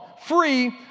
free